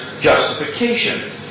justification